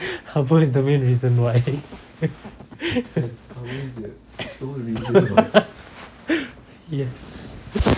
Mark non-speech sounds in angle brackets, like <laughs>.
<laughs> habbo is the main reason why <laughs> yes